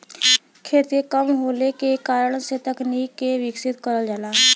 खेत के कम होले के कारण से तकनीक के विकसित करल जाला